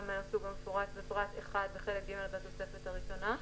מן הסוג המפורט בפרט 1 בחלק ג' בתוספת הראשונה,